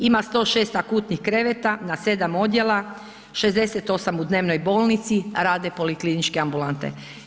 Ima 106 akutnih kreveta na 7 odjela, 68 u dnevnoj bolnici, rade polikliničke ambulante.